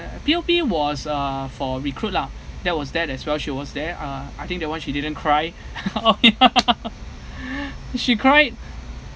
P_O_P was uh for recruit lah that was that that's why she was there uh I think that one she didn't cry oh ya she cried